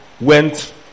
went